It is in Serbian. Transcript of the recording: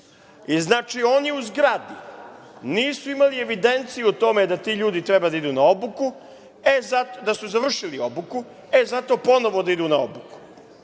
Znači, oni u zgradi nisu imali evidenciju o tome da ti ljudi treba da idu na obuku, da su završili obuku i zato ponovo da idu na obuku.